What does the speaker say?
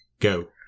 Go